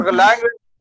language